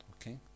Okay